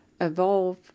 evolve